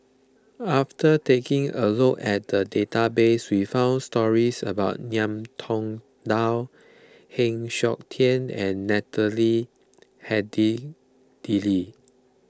after taking a look at the database we found stories about Ngiam Tong Dow Heng Siok Tian and Natalie Hennedige